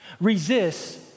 resist